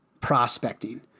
prospecting